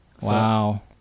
Wow